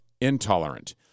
intolerant